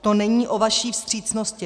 To není o vaší vstřícnosti.